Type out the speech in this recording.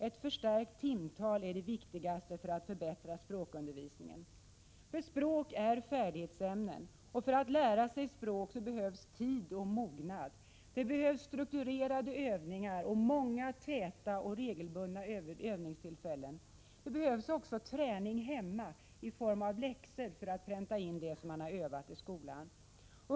Ett förstärkt timtal är det viktigaste för att förbättra språkundervisningen. Språk är nämligen färdighetsämnen. För att lära sig språk krävs tid och mognad. Det behövs strukturerade övningar och många, täta och regelbundna övningstillfällen. Det behövs också träning hemma i form av läxor för att pränta in det som övats i skolan.